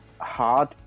hard